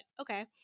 okay